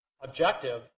objective